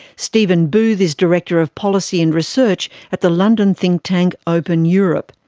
stephen booth is director of policy and research at the london think-tank, open europe.